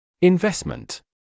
Investment